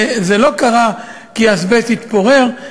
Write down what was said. זה לא קרה כי אזבסט התפורר,